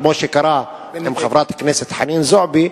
כמו שקרה עם חברת הכנסת חנין זועבי,